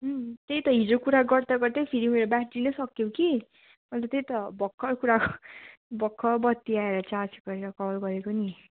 त्यही त हिजो कुरा गर्दागर्दै फेरि उयो ब्याट्री नै सक्यो कि अन्त त्यही त भर्खर कुरा भर्खर बत्ती आएर चार्ज गरेर कल गरेको नि